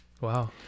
wow